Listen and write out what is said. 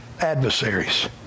adversaries